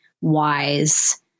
wise